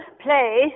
play